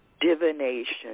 divination